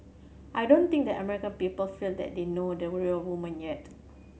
I don't think the American people feel that they know the real woman yet